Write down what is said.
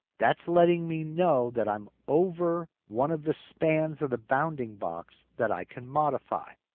that's letting me know that i'm over one of the spans of the bounding box that i can modify.